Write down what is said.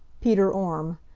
peter orme.